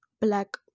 black